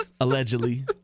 Allegedly